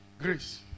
Grace